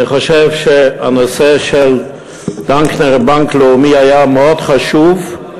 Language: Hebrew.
אני חושב שהנושא של דנקנר ובנק לאומי היה מאוד חשוב,